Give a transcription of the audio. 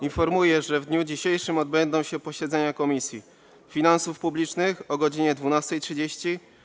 Informuję, że w dniu dzisiejszym odbędą się posiedzenia Komisji: - Finansów Publicznych - o godz. 12.30,